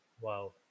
Wow